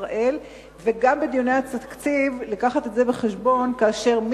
ישראל ולקחת את זה בחשבון גם בדיוני התקציב,